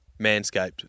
Manscaped